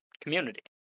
community